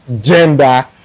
gender